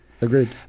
Agreed